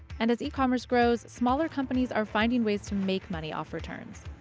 and as e-commerce grows, smaller companies are finding ways to make money off returns.